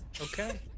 Okay